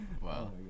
wow